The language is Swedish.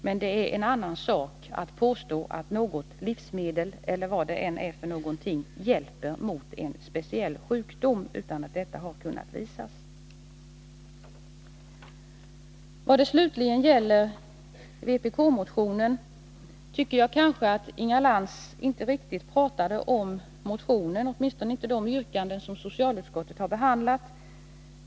Men det är en annan sak att påstå att något livsmedel eller vad det kan vara för någonting hjälper mot en speciell sjukdom utan att detta har kunnat visas. Vad det slutligen gäller vpk-motionen tycker jag kanske att Inga Lantz inte riktigt talade om motionen, åtminstone inte om de yrkanden som socialutskottet har behandlat.